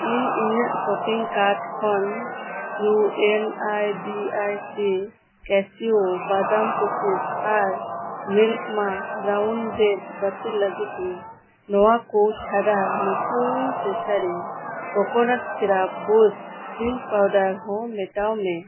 ᱤᱧ ᱤᱧᱟᱹᱜ shopping card ᱠᱷᱚᱱ U N I B I C cashew ᱵᱟᱫᱟᱢ ᱠᱩᱠᱤᱡᱽ ᱟᱨ ᱢᱤᱞᱠ ᱢᱟ ᱵᱨᱟᱣᱩᱱ ᱵᱨᱮᱰ ᱵᱟᱹᱛᱤᱞ ᱞᱟᱹᱜᱤᱫ ᱤᱧ ᱱᱚᱣᱟ ᱠᱚ ᱪᱷᱟᱰᱟ ᱢᱮᱛᱷᱮᱭᱩ ᱛᱮᱥᱟᱨᱤ coconut syrup Boost drink powder powder ᱦᱚᱸ ᱢᱮᱴᱟᱣ ᱢᱮ